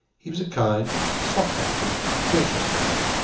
he was a kind, soft-hearted, gracious man,